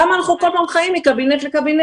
למה אנחנו כל הזמן חיים מקבינט לקבינט?